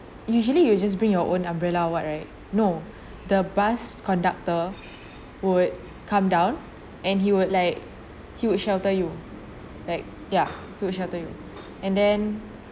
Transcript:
usually you just bring your own umbrella what right no the bus conductor would come down and he would like he would shelter you like ya he will shelter you and then